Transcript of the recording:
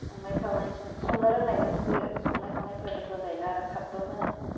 संनाय खावनायजों संनो रोंनायजोंसो संनाव खावनायफोरा गोथाव जायो ना आरो थाबबो मोनो